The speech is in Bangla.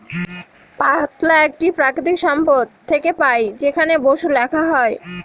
পাতলা একটি প্রাকৃতিক সম্পদ থেকে পাই যেখানে বসু লেখা হয়